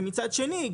ומצד שני,